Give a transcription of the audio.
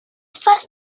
first